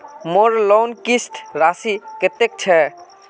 मोर लोन किस्त राशि कतेक छे?